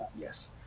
yes